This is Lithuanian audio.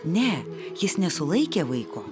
ne jis nesulaikė vaiko